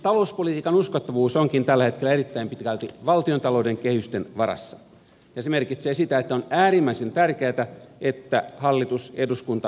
talouspolitiikan uskottavuus onkin tällä hetkellä erittäin pitkälti valtiontalouden kehysten varassa ja se merkitsee sitä että on äärimmäisen tärkeätä että hallitus ja eduskunta noudattavat näitä kehyksiä